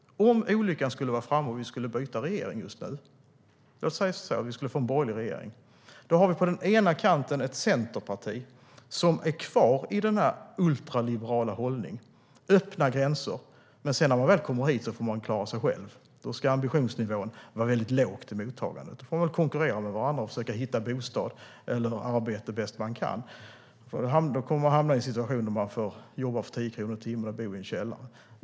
Om olyckan skulle vara framme och vi skulle få en borgerlig regering har vi på ena kanten Centerpartiet som har kvar sin ultraliberala hållning med öppna gränser. När flyktingarna väl har kommit hit får de dock klara sig själv. Då är ambitionsnivån i mottagandet lågt. De får väl konkurrera med varandra och försöka hitta bostad och arbete bäst de kan. De kommer att få jobba för 10 kronor i timmen och bo i en källare.